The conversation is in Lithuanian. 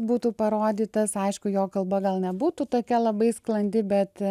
būtų parodytas aišku jo kalba gal nebūtų tokia labai sklandi bet